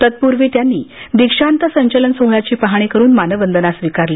तत्पूर्वी त्यांनी दीक्षांत संचलन सोहळ्याची पाहणी करून मानवंदना स्वीकारली